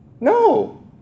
No